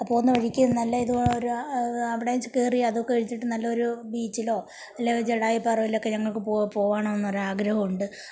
അപ്പോൾ ഒന്ന് എനിക്ക് നല്ല ഇത് ഒരാ അവിടെ ച് കയറിയതൊക്കെ കഴിച്ചിട്ട് നല്ലൊരു ബീച്ചിലോ അല്ലെൽ ഒരു ജടായു പാറയിലൊക്കെ ഞങ്ങൾക്ക് പോ പോകാൻ ഒരു ആഗ്രഹമുണ്ട്